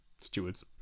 Stewards